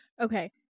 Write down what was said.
Okay